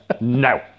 No